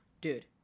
Dude